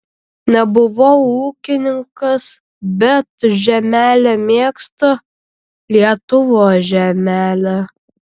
nebuvau ūkininkas bet žemelę mėgstu lietuvos žemelę